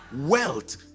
Wealth